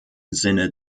sinne